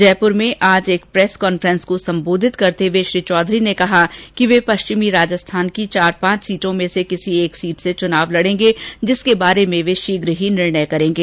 जयपुर में आज एक प्रेस वार्ता को संबोधित करते हए श्री चौधरी ने कहा कि वे पश्चिमी राजस्थान की चार पांच सीटों में से किसी एक सीट से चुनाव लडेंगे जिस पर वे शीघ्र निर्णय करेंगे